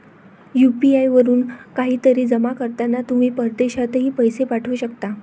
UPI वरून काहीतरी जमा करताना तुम्ही परदेशातही पैसे पाठवू शकता